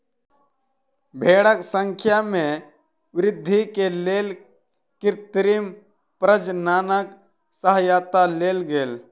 भेड़क संख्या में वृद्धि के लेल कृत्रिम प्रजननक सहयता लेल गेल